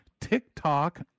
TikTok